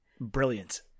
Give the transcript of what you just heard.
brilliant